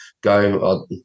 go